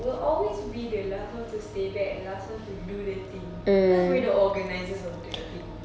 we'll always be the last ones to stay back and last ones to do the thing cause we're the organisers of the thing